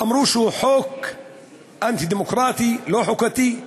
אמרו שהוא חוק אנטי-דמוקרטי, לא חוקתי,